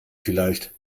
vielleicht